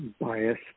bias